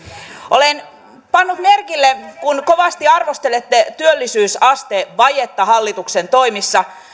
olen pannut merkille kun kovasti arvostelette työllisyysastevajetta hallituksen toimissa että